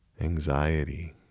anxiety